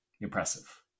impressive